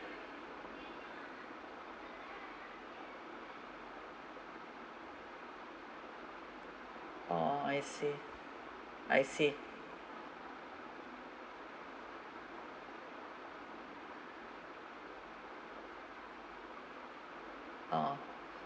orh I see I see orh